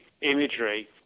imagery